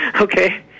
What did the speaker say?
okay